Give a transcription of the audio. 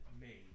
made